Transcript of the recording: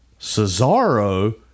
Cesaro